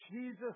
Jesus